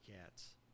Cats